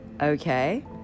Okay